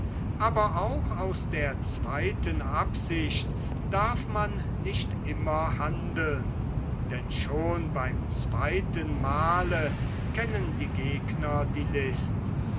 aber auch aus der zweiten absicht darf man nicht immer handeln denn schon beim zweiten male kennen die gegner die list